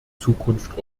zukunft